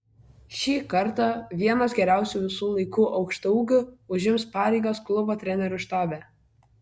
šį kartą vienas geriausių visų laikų aukštaūgių užims pareigas klubo trenerių štabe